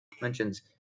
mentions